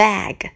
Bag